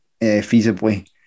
feasibly